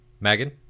Megan